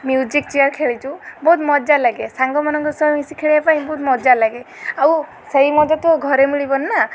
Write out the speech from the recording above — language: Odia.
ମ୍ୟୁଜିକ୍ ଚେୟାର୍ ଖେଳିଛୁ ବହୁତ ମଜା ଲାଗେ ସାଙ୍ଗମାନଙ୍କ ସହ ମିଶିକି ଖେଳିବା ପାଇଁ ବହୁତ ମଜା ଲାଗେ ଆଉ ସେହି ମଜା ତ ଘରେ ମିଳିବନି ନା